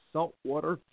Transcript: Saltwater